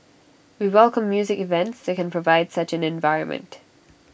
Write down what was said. we welcome music events that can provide such an environment